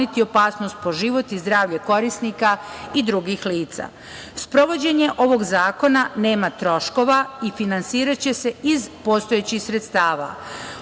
opasnost po život i zdravlje korisnika i drugih lica. Sprovođenje ovog zakona nema troškova i finansiraće se iz postojećih sredstava.